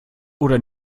oder